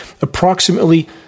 Approximately